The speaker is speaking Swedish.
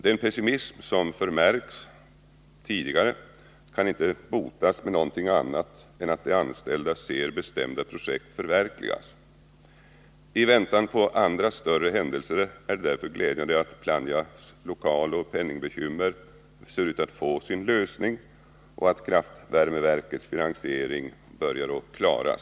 Den pessimism som förmärkts kan inte botas av något annat än att de anställda ser bestämda projekt förverkligas. I väntan på andra större händelser är det därför glädjande att Plannjas lokaloch penningbekymmer ser ut att få sin lösning och kraftvärmeverkets finansiering börjar klaras.